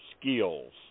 skills